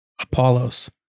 Apollos